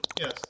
Yes